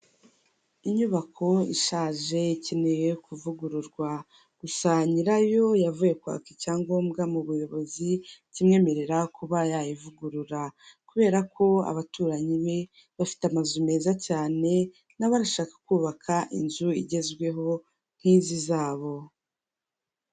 Inyubako ishaje, ikeneye kuvugururwa. Gusa nyirayo yavuye kwaka icyangombwa mu buyobozi, kimwemerera kuba yayivugurura. Kubera ko abaturanyi be bafite amazu meza cyane, na we arashaka kubaka inzu igezweho nk'izi zabo.